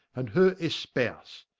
and her espouse.